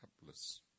helpless